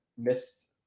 missed